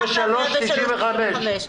לא, מה-103.95%.